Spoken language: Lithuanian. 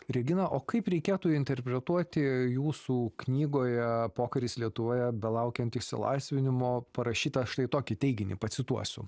regina o kaip reikėtų interpretuoti jūsų knygoje pokaris lietuvoje belaukiant išsilaisvinimo parašyta štai tokį teiginį pacituosiu